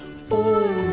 for